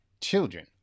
children